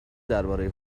دربارهی